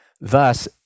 thus